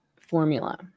formula